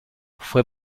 fue